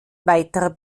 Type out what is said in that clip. weiterer